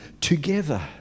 together